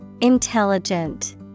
Intelligent